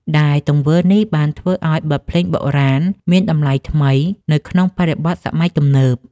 ដែលទង្វើនេះបានធ្វើឱ្យបទភ្លេងបុរាណមានតម្លៃថ្មីនៅក្នុងបរិបទសម័យទំនើប។